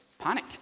panic